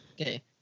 Okay